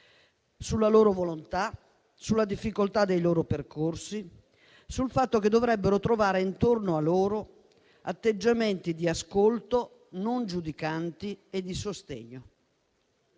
sulla loro volontà, sulla difficoltà dei loro percorsi e sul fatto che dovrebbero trovare intorno a loro atteggiamenti di ascolto non giudicanti, ma di sostegno.